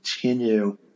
continue